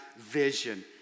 vision